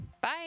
Bye